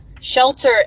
shelter